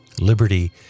Liberty